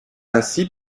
ainsi